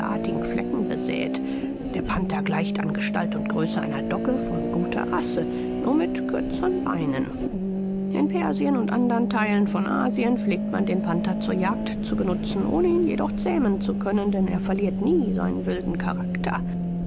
flecken besäet der panther gleicht an gestalt und größe einer dogge von guter rae nur mit kürzern beinen in persien und andern theilen von asien pflegt man den panther zur jagd zu benutzen ohne ihn jedoch zähmen zu können denn er verliert nie seinen wilden charakter